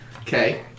Okay